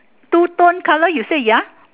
two tone colour you said ya